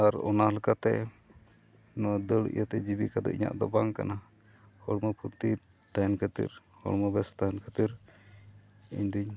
ᱟᱨ ᱚᱱᱟ ᱞᱮᱠᱟᱛᱮ ᱱᱚᱣᱟ ᱫᱟᱹᱲ ᱤᱭᱟᱹᱛᱮ ᱡᱤᱵᱤᱠᱟ ᱫᱚ ᱤᱧᱟᱹᱜ ᱫᱚ ᱵᱟᱝ ᱠᱟᱱᱟ ᱦᱚᱲᱢᱚ ᱯᱷᱩᱨᱛᱷᱤ ᱛᱟᱦᱮᱱ ᱠᱷᱟᱹᱛᱤᱨ ᱦᱚᱲᱢᱚ ᱵᱮᱥ ᱛᱟᱦᱮᱱ ᱠᱷᱟᱹᱛᱤᱨ ᱤᱧ ᱫᱩᱧ